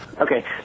Okay